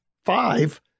Five